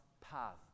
path